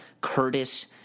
Curtis